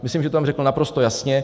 Myslím, že to tam řekl naprosto jasně.